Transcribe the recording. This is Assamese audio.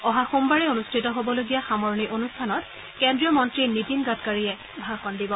অহা সোমবাৰে অনুষ্ঠিত হ'বলগীয়া সামৰণি অনুষ্ঠানত কেন্দ্ৰীয় মন্ত্ৰী নীতিন গাডকাৰীয়ে ভাষণ দিব